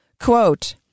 Quote